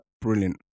brilliant